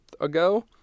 ago